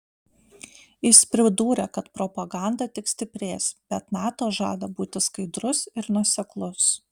jis pridūrė kad propaganda tik stiprės bet nato žada būti skaidrus ir nuoseklus